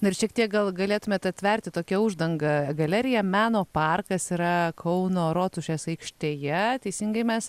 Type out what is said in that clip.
dar šiek tiek gal galėtumėt atverti tokią uždangą galerija meno parkas yra kauno rotušės aikštėje teisingai mes